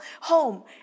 home